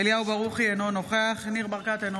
אביחי אברהם בוארון, אינו